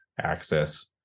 access